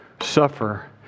suffer